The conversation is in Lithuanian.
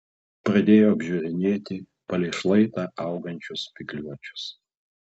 pradėjo apžiūrinėti palei šlaitą augančius spygliuočius